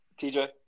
TJ